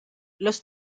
los